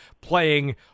playing